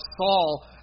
Saul